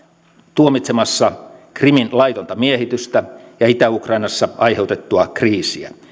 tuomitsemassa krimin laitonta miehitystä ja itä ukrainassa aiheutettua kriisiä